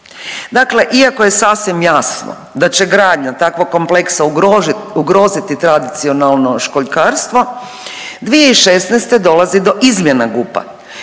Dakle iako je sasvim jasno da će gradnja takvog kompleksa ugroziti tradicionalno školjkarstvo 2016. dolazi do izmjena GUP-a